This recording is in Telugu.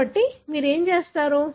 కాబట్టి మీరు ఏమి చేస్తారు